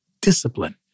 discipline